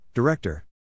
Director